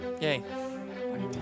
yay